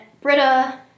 Britta